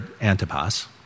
Antipas